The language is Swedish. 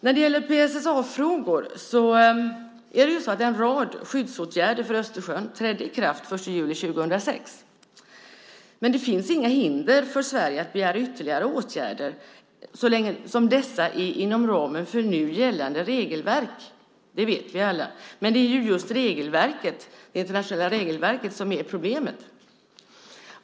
När det gäller PSSA-frågor trädde en rad skyddsåtgärder för Östersjön i kraft den 1 juli 2006. Men det finns inga hinder för Sverige att begära ytterligare åtgärder så länge dessa är inom ramen för nu gällande regelverk. Det vet vi alla. Men det är just det internationella regelverket som är problemet.